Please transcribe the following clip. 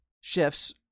shifts